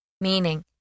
Meaning